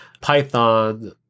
Python